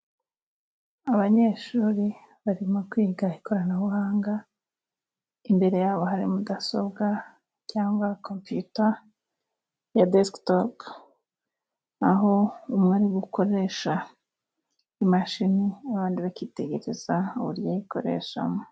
Abanyeshuri barimo kwiga ikoranabuhanga ,imbere yabo hari mudasobwa cyangwa kompiyuta ya desikitopu aho umwe ari gukoresha imashini, abandi bakitegereza uburyo ayikoreshamo.